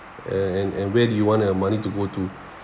and and where do you want your money to go to